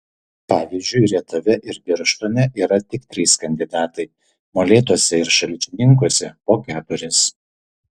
pavyzdžiui rietave ir birštone yra tik trys kandidatai molėtuose ir šalčininkuose po keturis